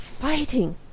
fighting